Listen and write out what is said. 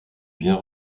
bien